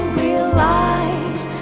realize